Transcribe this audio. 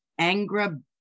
Angra